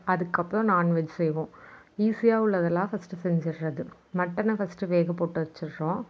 அதுக்கப்புறம் நாண்வெஜ் செய்வோம் ஈஸியாக உள்ளதெல்லாம் ஃபஸ்ட்டு செஞ்சிடுறது மட்டனை ஃபஸ்ட்டு வேக போட்டு வச்சிடுறோம்